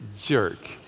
jerk